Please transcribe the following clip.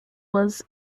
was